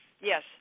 Yes